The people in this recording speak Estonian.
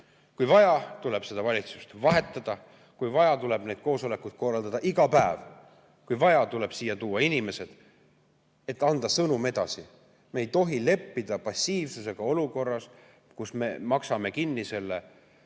kui vaja, tuleb valitsust vahetada, kui vaja, tuleb neid koosolekuid korraldada iga päev, kui vaja, tuleb siia tuua inimesed, et anda sõnum edasi. Me ei tohi leppida passiivsusega olukorras, kus me maksame selle